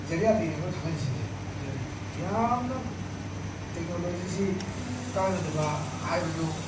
ꯖꯥꯔꯤꯌꯥꯗꯒꯤꯅꯦꯕ ꯈꯪꯍꯜꯂꯤꯁꯤꯡꯁꯦ ꯑꯗꯨꯅ ꯌꯥꯝꯅ ꯇꯦꯛꯅꯣꯂꯣꯖꯤꯁꯤ ꯀꯥꯟꯅꯗꯕ ꯍꯥꯏꯕꯗꯨ